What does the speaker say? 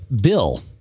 Bill